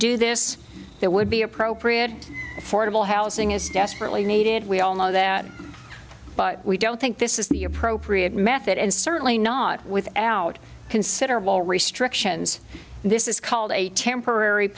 do this that would be appropriate for double housing is desperately needed we all know that but we don't think this is the appropriate method and certainly not without considerable restrictions this is called a temporary